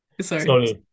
Sorry